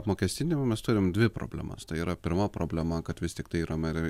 apmokestinimą mes turim dvi problemas tai yra pirma problema kad vis tiktai yra mer